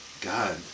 God